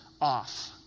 off